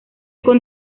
con